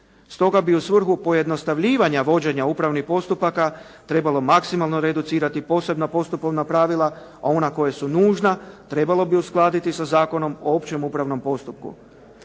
Stoga bi u svrhu pojednostavljivanja vođenja upravnih postupaka trebalo maksimalno reducirati posebna postupovna pravila, a ona koja su nužna trebalo bi uskladiti sa Zakonom o općem upravnom postupku.